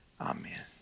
Amen